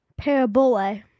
Parabole